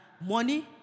money